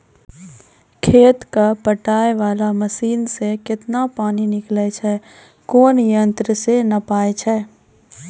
खेत कऽ पटाय वाला मसीन से केतना पानी निकलैय छै कोन यंत्र से नपाय छै